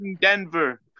Denver